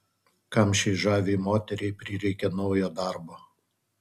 kam šiai žaviai moteriai prireikė naujo darbo